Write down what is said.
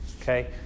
Okay